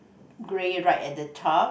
gray right at the top